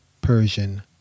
Persian